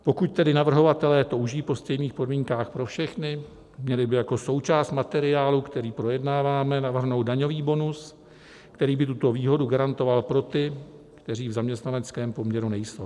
Pokud tedy navrhovatelé touží po stejných podmínkách pro všechny, měli by jako součást materiálu, který projednáváme, navrhnout daňový bonus, který by tuto výhodu garantoval pro ty, kteří v zaměstnaneckém poměru nejsou.